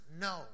No